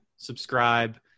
Subscribe